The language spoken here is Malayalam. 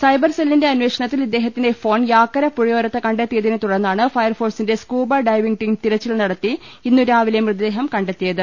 സൈബർസെല്ലിന്റെ അന്വേഷണത്തിൽ ഇദ്ദേഹത്തിന്റെ ഫോൺ യാക്കര പുഴയോരത്ത് കണ്ടെത്തിയതിനെതുടർന്നാണ് ഫയർ ഫോഴ്സിന്റെ സ്കൂബ ഡൈവിംഗ് ടീം തിരച്ചിൽ നടത്തി ഇന്നു രാവിലെ മൃതദേഹം കണ്ടെത്തിയത്